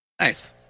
Nice